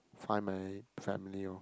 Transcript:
find my family lor